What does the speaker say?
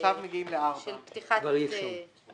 של פתיחת חשבון חדש.